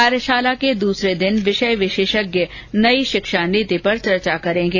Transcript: कार्यशाला के दूसरे दिन विषय विशेषज्ञ नयी शिक्षा नीति पर चर्चा करेंगे